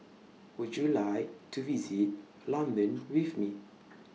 Would YOU like to visit London with Me